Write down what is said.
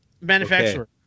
manufacturer